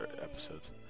episodes